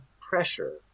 pressure